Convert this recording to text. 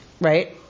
right